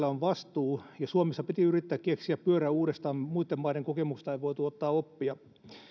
on vastuu ja suomessa piti yrittää keksiä pyörä uudestaan muitten maiden kokemuksista ei voitu ottaa oppia